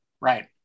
Right